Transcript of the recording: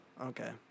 Okay